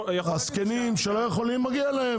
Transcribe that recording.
הזקנים שלא יכולים מגיע להם,